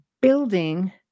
building